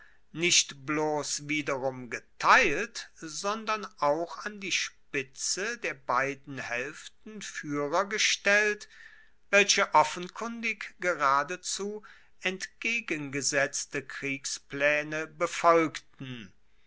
nicht bloss wiederum geteilt sondern auch an die spitze der beiden haelften fuehrer gestellt welche offenkundig geradezu entgegengesetzte kriegsplaene befolgten